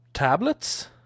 Tablets